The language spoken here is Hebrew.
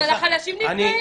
אבל החלשים נפגעים.